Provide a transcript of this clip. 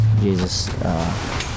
Jesus